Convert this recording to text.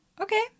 okay